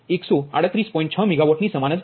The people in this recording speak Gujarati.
6 મેગાવાટની સમાન જ છે